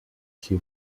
提供